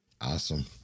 Awesome